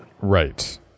Right